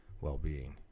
well-being